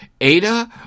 Ada